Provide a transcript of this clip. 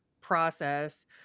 process